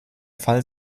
fall